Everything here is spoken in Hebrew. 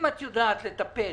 אם את יודעת לטפל